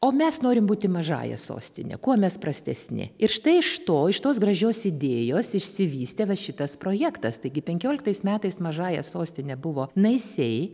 o mes norim būti mažąja sostine kuo mes prastesni ir štai iš to iš tos gražios idėjos išsivystė va šitas projektas taigi penkioliktais metais mažąja sostine buvo naisiai